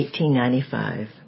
1895